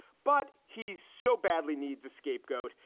but he so badly needs a scapegoat,